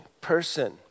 person